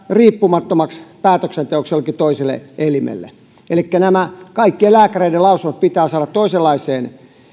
riippumattomaksi päätöksenteoksi jollekin toiselle elimelle elikkä nämä kaikkien lääkäreiden lausunnot pitää saada toisenlaiseen